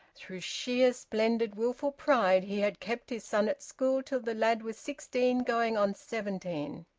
through sheer splendid wilful pride he had kept his son at school till the lad was sixteen, going on seventeen!